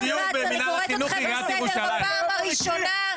אני קוראת אתכם לסדר בפעם הראשונה.